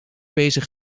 bezig